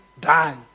die